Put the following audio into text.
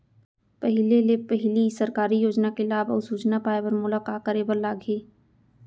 पहिले ले पहिली सरकारी योजना के लाभ अऊ सूचना पाए बर मोला का करे बर लागही?